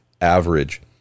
average